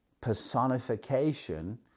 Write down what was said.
personification